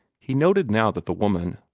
he noted now that the woman,